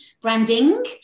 branding